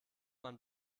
man